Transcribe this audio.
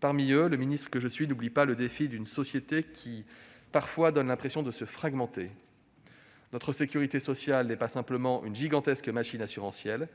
Parmi eux, le ministre que je suis n'oublie pas le défi d'une société, qui, parfois, donne l'impression de se fragmenter. Notre sécurité sociale n'est pas simplement une gigantesque machine assurantielle.